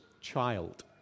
child